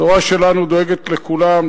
התורה שלנו דואגת לכולם,